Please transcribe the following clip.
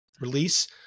release